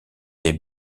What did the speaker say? est